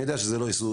אני יודע שזה לא איסור,